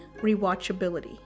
rewatchability